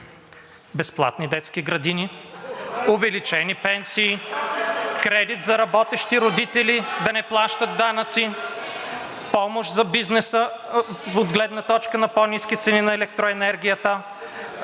безплатни детски градини; увеличени пенсии; кредит за работещи родители, да не плащат данъци; помощ за бизнеса от гледна точка на по-ниски цени на електроенергията;